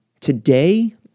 today